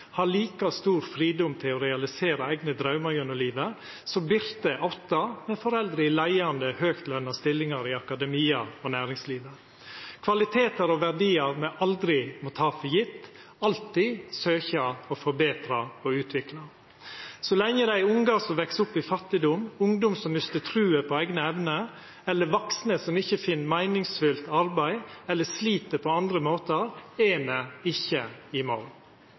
har like stor fridom til å realisera eigne draumar gjennom livet som Birthe, åtte år, med foreldre i leiande høgtlønte stillingar i akademia og næringslivet – kvalitetar og verdiar me aldri må ta for gjeve, alltid søkja å forbetra og utvikla. Så lenge det er ungar som veks opp i fattigdom, ungdom som mistar trua på eigne evner, eller vaksne som ikkje finn meiningsfullt arbeid eller slit på andre måtar, er me ikkje i mål.